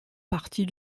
partie